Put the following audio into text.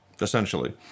essentially